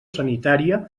sanitària